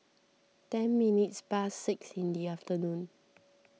ten minutes past six in the afternoon